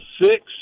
six